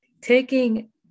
Taking